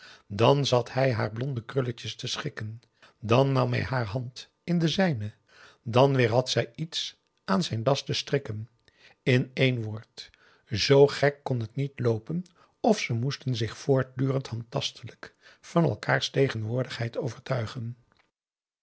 dàn zat hij haar blonde krulletjes te schikken dàn nam hij haar hand in de zijne dàn weer had zij iets aan zijn das te strikken in één woord z gek kon het niet loopen of ze moesten zich voortdurend handtastelijk van elkaars tegenwoordigheid overtuigen